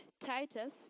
Titus